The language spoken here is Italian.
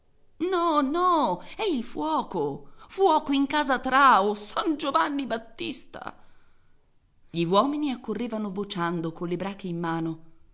no no è il fuoco fuoco in casa trao san giovanni battista gli uomini accorrevano vociando colle brache in mano